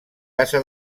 casa